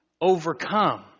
overcome